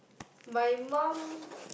my mum